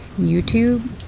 YouTube